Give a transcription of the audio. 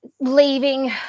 leaving